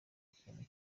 ikintu